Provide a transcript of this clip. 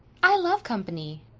i love company.